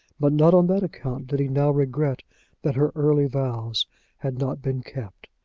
but not on that account did he now regret that her early vows had not been kept.